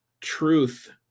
truth